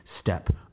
step